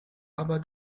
aber